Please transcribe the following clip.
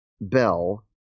Bell